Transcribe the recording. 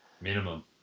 Minimum